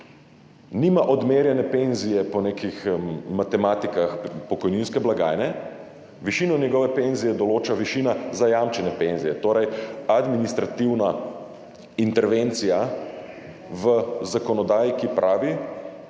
nima odmerjene penzije po nekih matematikah pokojninske blagajne, višino njegove penzije določa višina zajamčene penzije, torej administrativna intervencija v zakonodaji, ki pravi: